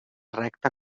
recta